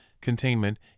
containment